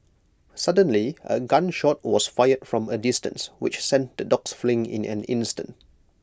suddenly A gun shot was fired from A distance which sent the dogs fleeing in an instant